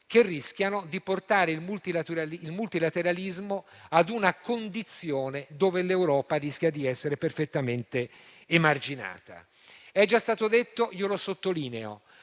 che rischiano di portare il multilateralismo a una condizione in cui l'Europa rischia di essere perfettamente emarginata. È già stato detto e io lo sottolineo: